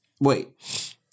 wait